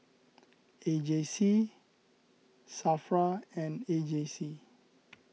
A J C Safra and A J C